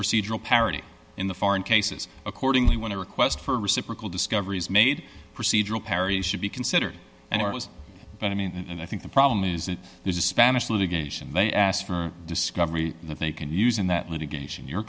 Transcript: procedural parity in the foreign cases accordingly when a request for reciprocal discoveries made procedural parries should be considered an artist and i think the problem is that there's a spanish litigation they ask for discovery that they can use in that litigation your